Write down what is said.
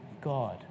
God